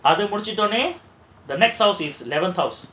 அது முடிச்சிட்ட உடனேயே:adhu mudichita udanaeyae the next house is eleventh house